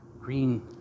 green